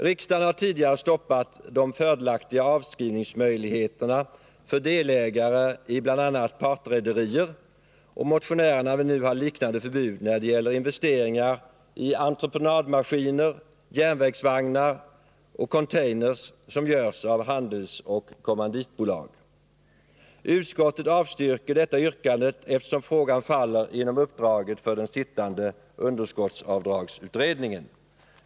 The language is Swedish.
Riksdagen har tidigare stoppat de fördelaktiga möjligheterna till avskrivning för delägare i bl.a. partrederier, och motionärerna vill nu ha liknande förbud när det gäller investeringar i entreprenadmaskiner, järn vägsvagnar och containrar som görs av handelsoch kommanditbolag. Utskottet avstyrker detta yrkande, eftersom frågan faller inom uppdraget för den nu arbetande underskottsavdragsutredningen.